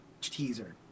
teaser